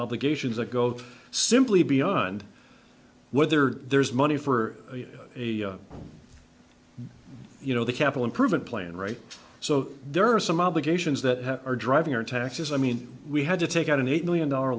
obligations that go simply beyond whether there's money for a you know the capital improvement plan right so there are some obligations that are driving our taxes i mean we had to take out an eight million dollar